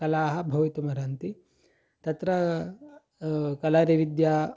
कलाः भवितुम् अर्हन्ति तत्र कलारि विद्या